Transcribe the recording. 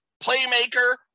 playmaker